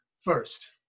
first